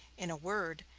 in a word,